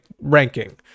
ranking